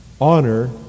honor